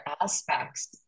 aspects